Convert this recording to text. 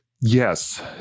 Yes